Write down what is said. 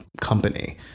company